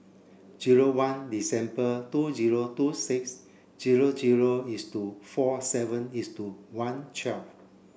zero one December two zero two six zero zero is to four seven is two one twelve